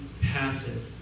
passive